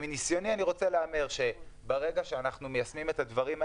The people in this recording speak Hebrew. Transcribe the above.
מניסיוני אני רוצה להמר שברגע שאנחנו מיישמים את הדברים האלה,